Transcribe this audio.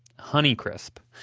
honeycrisp.